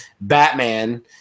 Batman